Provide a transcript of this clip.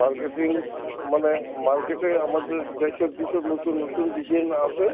marketing মানে মার্কেটে আমাদের যেসব যেসব নতুন নতুন ডিজাইন আসে